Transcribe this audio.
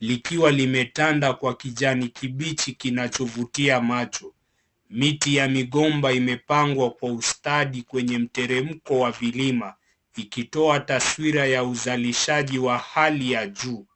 likiwa limetanda kwa kijani kibichi kinachovutia macho. Miti ya migomba imepangwa kwa ustadi kwenye mteremko wa vilima ikitoa taswira ya uzalishaji wa hali ya juu.